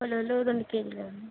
ఉలవలు రెండు కేజీలివ్వండి